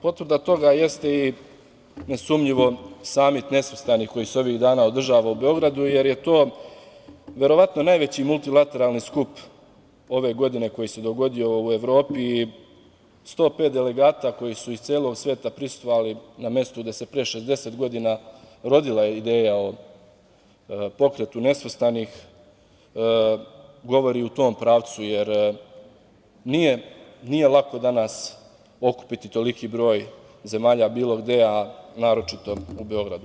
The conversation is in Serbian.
Potvrda toga jeste i nesumnjivo Samit nesvrstanih koji se ovih dana održava u Beogradu, jer je to verovatno najveći multilateralni skup ove godine koji se dogodio u Evropi i 105 delegata koji su iz celog sveta prisustvovali na mestu gde se pre 60 godina rodila ideja o Pokretu nesvrstanih, govori u tom pravcu jer nije lako danas okupiti toliki broj zemalja bilo gde, a naročito u Beogradu.